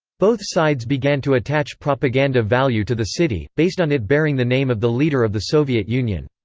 both sides began to attach propaganda value to the city, based on it bearing the name of the leader of the soviet union.